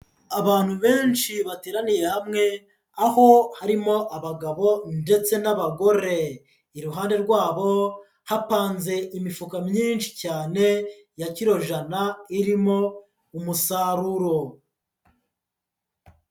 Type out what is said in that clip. Abantu benshi bateraniye hamwe, aho harimo abagabo ndetse n'abagore. Iruhande rwabo, hapanze imifuka myinshi cyane ya kirojana irimo umusharuro.